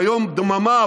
והיום דממה,